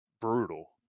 brutal